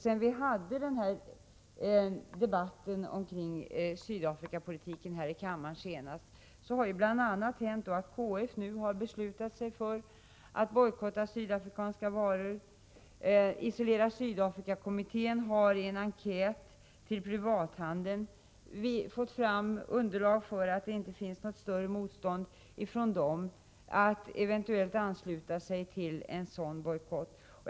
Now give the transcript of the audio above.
Sedan vi senast debatte rade Sydafrikapolitiken här i kammaren har KF beslutat sig för att bojkotta sydafrikanska varor. Isolera Sydafrika-kommittén har i en enkät till privathandeln fått fram underlag som visar att det där inte finns något större motstånd mot att eventuellt ansluta sig till en sådan bojkott.